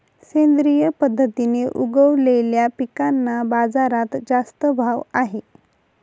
सेंद्रिय पद्धतीने उगवलेल्या पिकांना बाजारात जास्त भाव आहे